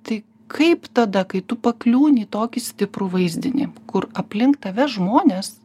tai kaip tada kai tu pakliūni į tokį stiprų vaizdinį kur aplink tave žmonės